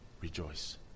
Rejoice